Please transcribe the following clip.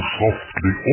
softly